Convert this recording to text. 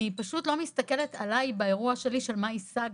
אני פשוט מסתכלת עליי באירוע שלי של מה השגתי.